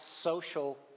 social